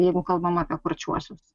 jeigu kalbame apie kurčiuosius